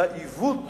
והעיוות